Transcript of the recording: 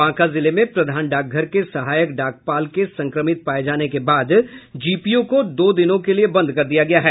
बांका जिले में प्रधान डाकघर के सहायक डाकपाल के संक्रमित पाये जाने के बाद जीपीओ को दो दिनों के लिए बंद कर दिया गया है